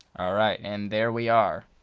alright and there we are